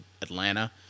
Atlanta